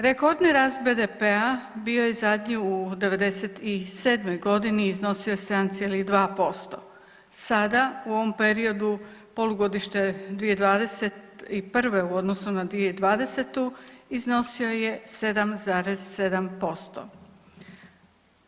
Rekordni rast BDP-a bio je zadnji u '97.g. i iznosio je 7,2%, sada u ovom periodu polugodište 2021. u odnosu na 2020. iznosio je 7,7%